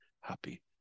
happy